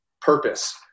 purpose